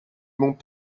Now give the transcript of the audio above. mont